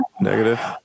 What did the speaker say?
Negative